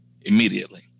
immediately